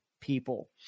people